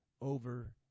over